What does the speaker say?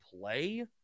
play